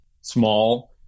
small